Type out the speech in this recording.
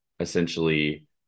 Essentially